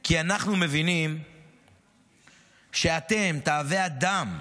כי אנחנו מבינים שאתם, תאבי הדם,